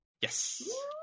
Yes